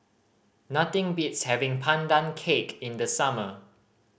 nothing beats having Pandan Cake in the summer